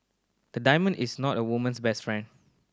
the diamond is not a woman's best friend